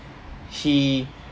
he